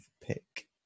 pick